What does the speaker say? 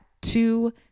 two